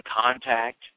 contact